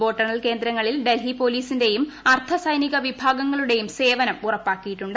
വോട്ടെണ്ണൽ കേന്ദ്രങ്ങളിൽ ഡൽഹി പൊലീസിന്റയും അർദ്ധ സൈനിക വിഭാഗങ്ങളുടെയും സേവനം ഉറപ്പാക്കിയിട്ടുണ്ട്